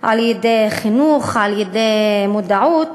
על-ידי חינוך, על-ידי מודעות,